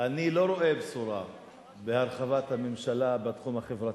אני לא רואה בשורה בהרחבת הממשלה בתחום החברתי-כלכלי,